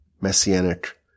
messianic